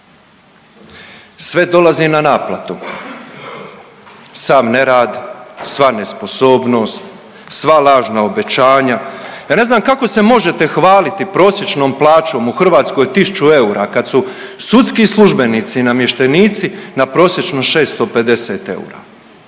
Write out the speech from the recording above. Sve dolazi na naplatu. Sav nerad, sva nesposobnost, sva lažna obećanja. Ja ne znam kako se možete hvaliti prosječnom plaćom u Hrvatskoj tisuću eura kad su sudski službenici i namještenici na prosječno 650 eura.